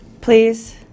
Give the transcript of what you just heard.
please